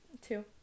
Two